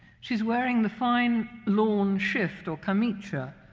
she's wearing the fine lawn shift, or chemise,